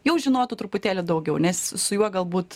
jau žinotų truputėlį daugiau nes su juo galbūt